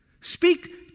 Speak